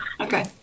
Okay